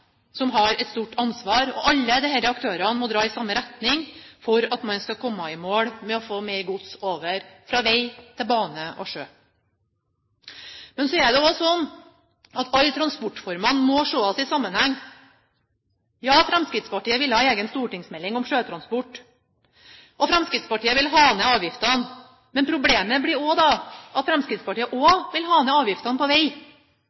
har et stort ansvar. Alle disse aktørene må dra i samme retning for at man skal komme i mål med å få mer gods over fra vei til bane og sjø. Så er det også sånn at alle transportformene må ses i sammenheng. Fremskrittspartiet vil ha egen stortingsmelding om sjøtransport, og Fremskrittspartiet vil ha ned avgiftene. Problemet blir da at Fremskrittspartiet også vil ha ned avgiftene på vei.